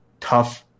tough